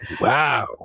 Wow